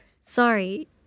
Sorry